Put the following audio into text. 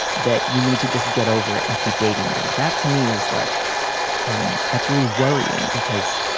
that you need to just get over it and keep dating them. that to me is like um that's really worrying because